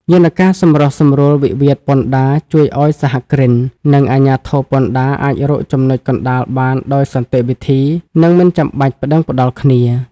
យន្តការសម្រុះសម្រួលវិវាទពន្ធដារ ជួយឱ្យសហគ្រិន និងអាជ្ញាធរពន្ធដារអាចរកចំណុចកណ្ដាលបានដោយសន្តិវិធី និងមិនចាំបាច់ប្ដឹងផ្ដល់គ្នា។